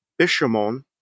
Bishamon